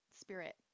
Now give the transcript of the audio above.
spirit